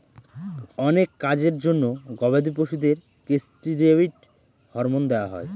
অনেক কাজের জন্য গবাদি পশুদের কেষ্টিরৈড হরমোন দেওয়া হয়